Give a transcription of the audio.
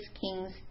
king's